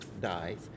dies